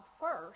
first